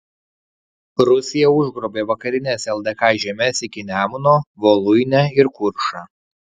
rusija užgrobė vakarines ldk žemes iki nemuno voluinę ir kuršą